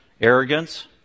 arrogance